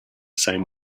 same